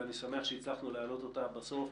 ואני שמח שהצלחנו להעלות אותה בסוף,